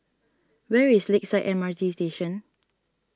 where is Lakeside M R T Station